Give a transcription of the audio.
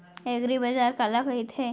एगरीबाजार काला कहिथे?